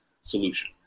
solution